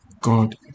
God